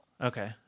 Okay